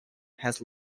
has